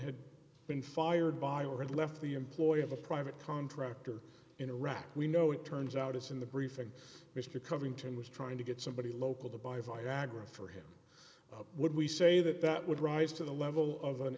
had been fired by or and left the employ of a private contractor in iraq we know it turns out it's in the briefing mr covington was trying to get somebody local to buy five agra for him would we say that that would rise to the level of an